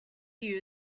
you